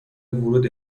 ورود